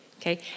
okay